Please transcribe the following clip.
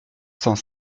cent